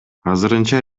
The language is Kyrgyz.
азырынча